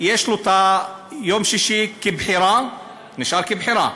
יש לו יום שישי כבחירה, זה נשאר כבחירה.